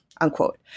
unquote